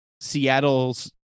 Seattle's